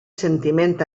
sentiment